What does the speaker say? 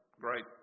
great